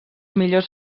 millors